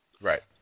Right